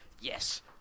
yes